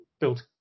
built